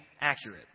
accurate